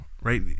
right